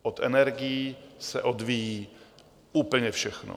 Od energií se odvíjí úplně všechno.